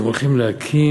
אתם הולכים להקים,